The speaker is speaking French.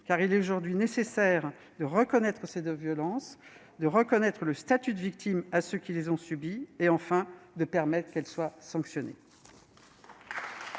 il est aujourd'hui nécessaire de reconnaître ces violences, de reconnaître le statut de victimes à ceux qui les ont subies et, enfin, de permettre qu'elles soient sanctionnées.